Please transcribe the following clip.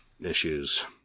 issues